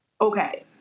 Okay